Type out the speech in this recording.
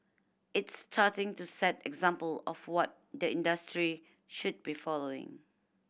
it's starting to set example of what the industry should be following